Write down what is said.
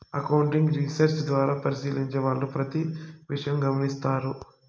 accounting research ద్వారా పరిశీలించే వాళ్ళు ప్రతి విషయం గమనిత్తారు